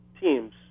teams